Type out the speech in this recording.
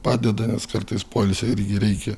padeda nes kartais poilsio irgi reikia